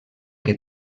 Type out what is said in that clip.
que